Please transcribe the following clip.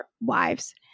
wives